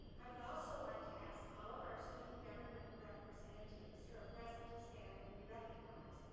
i would also like to ask all of our student government representatives who are present to stand and be recognized,